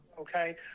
Okay